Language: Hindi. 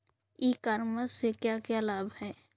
ई कॉमर्स से क्या क्या लाभ हैं?